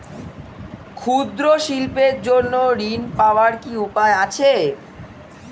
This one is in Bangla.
ক্ষুদ্র শিল্পের জন্য ঋণ পাওয়ার কি উপায় আছে?